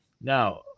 now